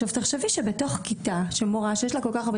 עכשיו תחשבי שבתוך כיתה של מורה שיש לה כל כך הרבה